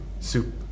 Soup